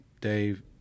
Dave